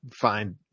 find